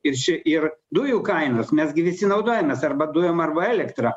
ir ši ir dujų kainos mes gi visi naudojamės arba dujom arba elektra